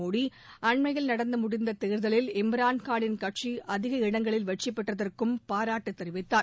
மோடி அண்மையில் நடந்து முடிந்த தேர்தலில் இம்ரான்கானின் கட்சி அதிக இடங்களில் வெற்றிபெற்றதற்கும் பாராட்டு தெரிவித்தார்